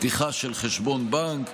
פתיחה של חשבון בנק,